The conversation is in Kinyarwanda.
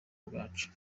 bwacu